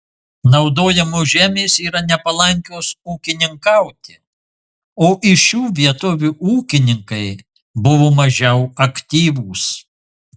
naudojamos žemės yra nepalankios ūkininkauti o iš šių vietovių ūkininkai buvo mažiau aktyvūs